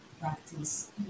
practice